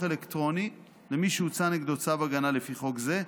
אלקטרוני למי שהוצא נגדו צו הגנה לפי חוק זה,